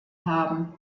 haben